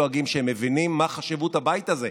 שמבינים מה חשיבות הבית הזה,